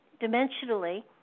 dimensionally